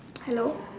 hello